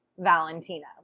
Valentina